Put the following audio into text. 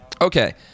okay